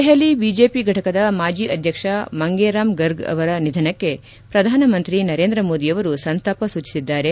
Delhi BJP ಘಟಕದ ಮಾಜಿ ಅಧ್ಯಕ್ಷ ಮಂಗೇ ರಾಮ್ ಗರ್ಗ್ ಅವರ ನಿಧನಕ್ಕೆ ಪ್ರಧಾನಮಂತ್ರಿ ನರೇಂದ್ರ ಮೋದಿಯವರು ಸಂತಾಪ ಸೂಚಿಸಿದ್ದಾರೆ